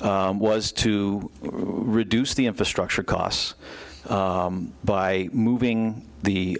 was to reduce the infrastructure costs by moving the